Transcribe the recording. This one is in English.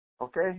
Okay